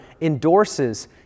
endorses